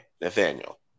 Nathaniel